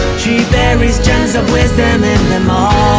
she buries gems of wisdom in them all